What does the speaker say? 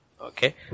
Okay